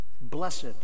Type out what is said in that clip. Blessed